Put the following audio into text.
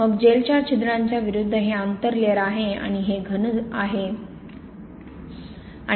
मग जेलच्या छिद्रांच्या gel pores विरूद्ध हे आंतरलेयर आहे आणि हे घन आहे